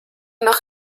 noch